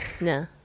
No